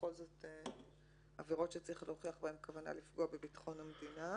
בכל זאת עבירות שצריך להוכיח בהן כוונה לפגוע בביטחון המדינה.